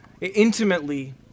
intimately